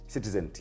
Citizen